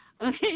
Okay